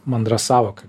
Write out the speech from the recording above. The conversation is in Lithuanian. mandra sąvoka